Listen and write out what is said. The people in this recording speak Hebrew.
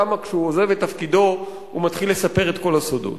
למה כשהוא עוזב את תפקידו הוא מתחיל לספר את כל הסודות?